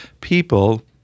people